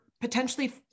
potentially